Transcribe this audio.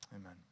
Amen